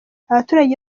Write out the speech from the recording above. abaturage